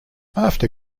after